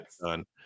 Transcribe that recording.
done